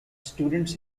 students